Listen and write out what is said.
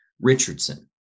Richardson